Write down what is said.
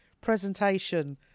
presentation